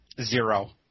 zero